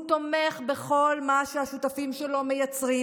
הוא תומך בכל מה שהשותפים שלו מייצרים,